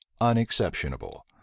unexceptionable